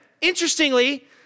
interestingly